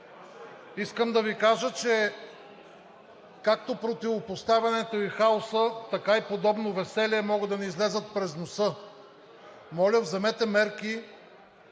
Искам да Ви кажа, че както противопоставянето и хаосът, така и подобно веселие могат да Ви излязат през носа. Моля, вземете мерки!